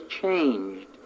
changed